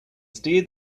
steer